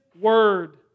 word